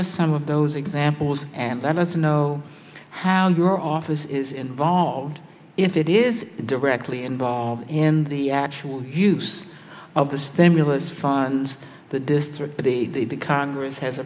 us some of those examples and let us know how your office is involved if it is directly involved in the actual use of the stimulus funds the district but the congress has